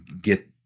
get